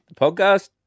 podcast